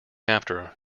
after